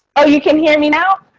oh, you can hear me now.